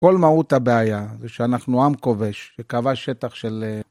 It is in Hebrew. כל מהות הבעיה זה שאנחנו עם כובש שכבש שטח של...